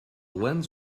lens